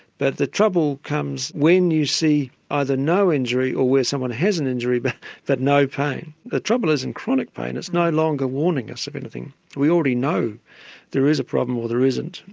but the trouble comes when you see either no injury or where someone has an injury but no pain. the trouble is in chronic pain it's no longer warning us of anything, we already know there is a problem or there isn't.